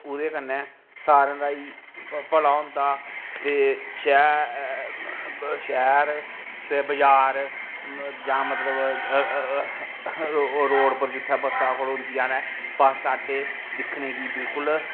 ओह्दे कन्नै सारें दा ई भला होंदा ते शैह्र ते बजार जां मतलब रोड पर जुत्थें बस्सां खड़ोंदियां न बस्स अड्डे दिखने गी बिल्कुल